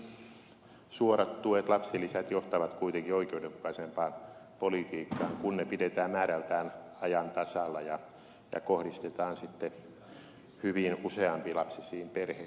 mielestäni suorat tuet lapsilisät johtavat kuitenkin oikeudenmukaisempaan politiikkaan kun ne pidetään määrältään ajan tasalla ja kohdistetaan sitten hyvin useampilapsisiin perheisiin